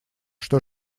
что